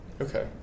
Okay